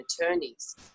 attorneys